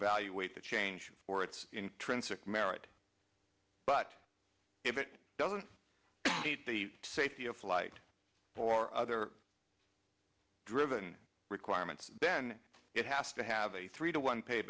evaluate the change or its intrinsic merit but if it doesn't meet the safety of flight or other driven requirements then it has to have a three to one pay